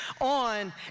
on